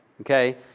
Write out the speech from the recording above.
Okay